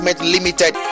Limited